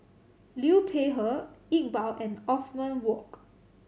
Liu Peihe Iqbal and Othman Wok